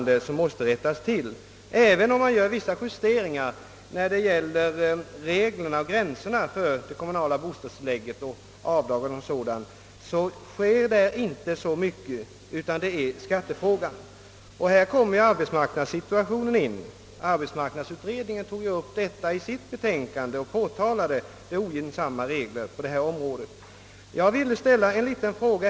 Det har inte stor effekt att göra vissa justeringar i skattereglerna eller i gränserna för de kommunala bostadstilläggen eller att justera avdrag och liknande, utan här gäller det som sagt först och främst en skattefråga. Här kommer också arbetsmarknadssituationen in i bilden. Arbetsmarknadsutredningen tog just upp den frågan i sitt betänkande och påtalade de ogynnsamma regler som nu gäller på detta område.